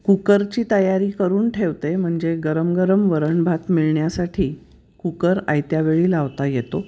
कुकरची तयारी करून ठेवते म्हणजे गरम गरम वरण भात मिळण्यासाठी कुकर आयत्या वेळी लावता येतो